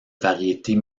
variétés